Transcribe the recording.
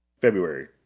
February